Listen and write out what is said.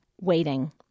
waiting